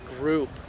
group